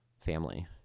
family